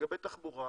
לגבי תחבורה.